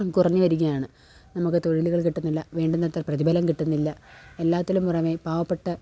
കുറഞ്ഞുവരികയാണ് നമുക്ക് തൊഴിലുകൾ കിട്ടുന്നില്ല വേണ്ടുന്നത്ര പ്രതിബലം കിട്ടുന്നില്ല എല്ലാറ്റിലും പുറമേ പാവപ്പെട്ട